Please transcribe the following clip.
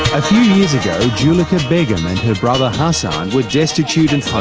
a few years ago, julika beghum and her brother hassan were destitute and homeless.